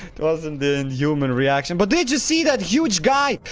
it wasn't the inuman reaction, but did you see that huge guy!